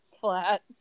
flat